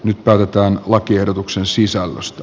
nyt päätetään lakiehdotuksen sisällöstä